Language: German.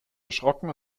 erschrocken